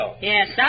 Yes